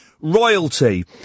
royalty